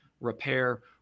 repair